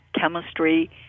chemistry